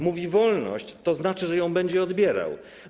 Mówi: wolność, to znaczy, że ją będzie odbierał.